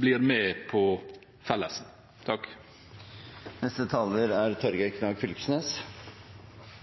blir med på «fellesen». Eg vil først takke komiteen for eit konstruktivt arbeid rundt representantforslaget vårt. For SV er